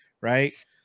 right